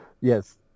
Yes